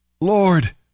Lord